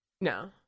No